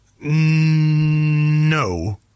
No